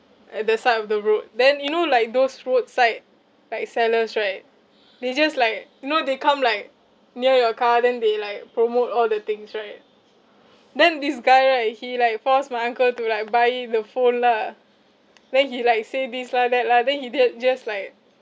at the side of the road then you know like those roadside like sellers right they just like you know they come like near your car then they like promote all the things right then this guy right he like force my uncle to like buy the phone lah then he like say this lah that lah then he did it just like